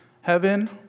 heaven